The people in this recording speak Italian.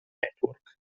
network